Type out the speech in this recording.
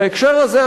בהקשר הזה,